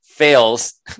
fails